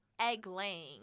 Egg-laying